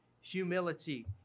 humility